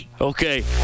Okay